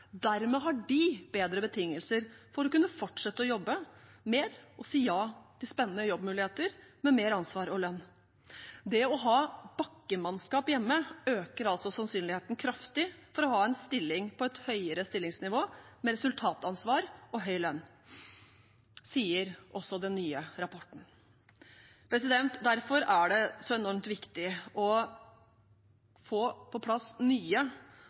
Dermed har de bedre betingelser for å kunne fortsette å jobbe mer og si ja til spennende jobbmuligheter med mer ansvar og lønn. Det å ha bakkemannskap hjemme øker altså sannsynligheten kraftig for å ha en stilling på et høyere stillingsnivå med resultatansvar og høy lønn, sier den nye rapporten. Derfor er det så enormt viktig å få på plass nye